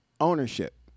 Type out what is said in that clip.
ownership